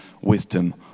wisdom